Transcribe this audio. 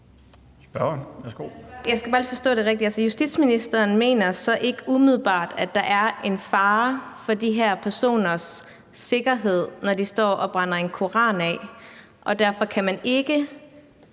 Jeg skal bare lige forstå det rigtigt. Altså, justitsministeren mener så ikke umiddelbart, at der er en fare for de her personers sikkerhed, når de står og brænder en koran af, og derfor kan man ikke